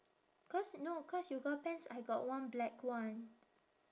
cause no cause yoga pants I got one black one